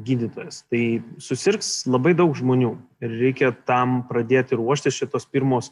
gydytojas tai susirgs labai daug žmonių reikia tam pradėti ruoštis šitos pirmos